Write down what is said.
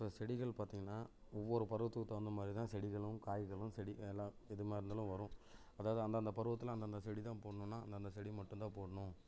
இப்போ செடிகள் பார்த்தீங்கனா ஒவ்வொரு பருவத்துக்கும் தகுந்த மாதிரி தான் செடிகளும் காய்களும் செடி வேளாண் எதுவா இருந்தாலும் வரும் அதாவது அந்தந்த பருவத்தில் அந்தந்த செடி தான் போடணுன்னா அந்தந்த செடி மட்டும்தான் போடணும்